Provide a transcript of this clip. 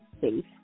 safe